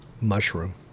Mushroom